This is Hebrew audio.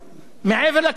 בשטחים הכבושים,